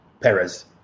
Perez